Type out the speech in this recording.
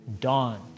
dawn